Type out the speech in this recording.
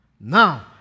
Now